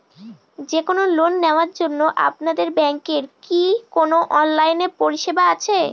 যে কোন লোন নেওয়ার জন্য আপনাদের ব্যাঙ্কের কি কোন অনলাইনে পরিষেবা আছে?